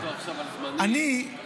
יצחק, אתה